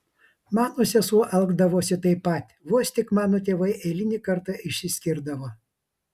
mano sesuo elgdavosi taip pat vos tik mano tėvai eilinį kartą išsiskirdavo